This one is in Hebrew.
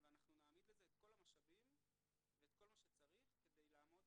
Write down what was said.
ואנחנו נעמיד את כל המשאבים כדי לעמוד